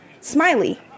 Smiley